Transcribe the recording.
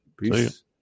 peace